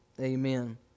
Amen